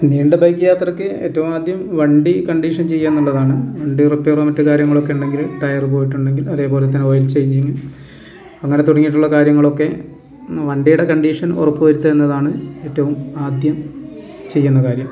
നീണ്ട ബൈക്ക് യാത്രക്ക് ഏറ്റവും ആദ്യം വണ്ടി കണ്ടീഷൻ ചെയ്യുകയെന്നുള്ളതാണ് വണ്ടി റിപ്പെയറോ മറ്റ് കാര്യങ്ങളൊക്കെ ഉണ്ടെങ്കിൽ ടയർ പോയിട്ടുണ്ടെങ്കിൽ അതേപോലെ തന്നെ ഓയിൽ ചേഞ്ചിങ്ങ് അങ്ങനെ തുടങ്ങിയിട്ടുള്ള കാര്യങ്ങളൊക്കെ വണ്ടിയുടെ കണ്ടീഷൻ ഉറപ്പ് വരുത്തുക എന്നതാണ് ഏറ്റവും ആദ്യം ചെയ്യുന്ന കാര്യം